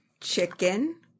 Chicken